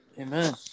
Amen